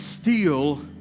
Steal